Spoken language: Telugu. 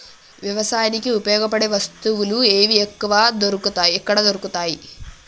వ్యవసాయానికి ఉపయోగపడే వస్తువులు ఏవి ఎక్కడ దొరుకుతాయి?